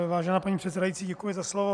Vážená paní předsedající, děkuji za slovo.